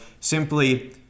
simply